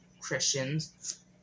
Christians